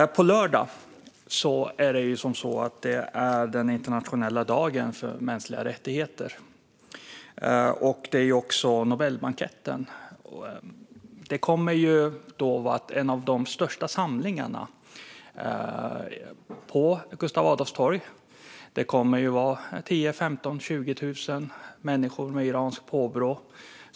På lördag är det den internationella dagen för mänskliga rättigheter. Det är också dagen för Nobelbanketten. Då kommer vi också att se en av de största folksamlingarna vi har sett på Gustav Adolfs torg, med 10 000, 15 000 eller 20 000 människor med iranskt påbrå.